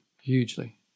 hugely